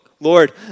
Lord